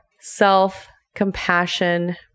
self-compassion